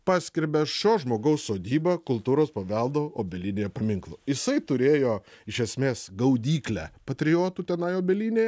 paskelbia šio žmogaus sodybą kultūros paveldo obelinėje paminklu jisai turėjo iš esmės gaudyklę patriotų tenai obelynėje